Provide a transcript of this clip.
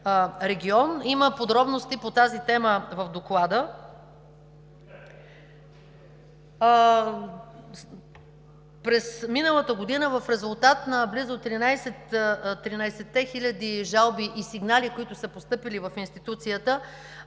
Има подробности по тази тема в Доклада.